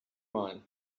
mine